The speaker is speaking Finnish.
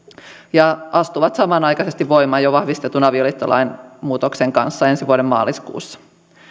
ja astuvat samanaikaisesti voimaan jo vahvistetun avioliittolain muutoksen kanssa ensi vuoden maaliskuussa